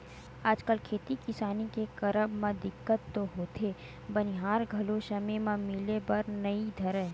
आजकल खेती किसानी के करब म दिक्कत तो होथे बनिहार घलो समे म मिले बर नइ धरय